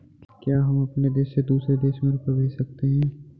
क्या हम अपने देश से दूसरे देश में रुपये भेज सकते हैं?